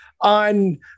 on